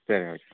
சரி ஓகே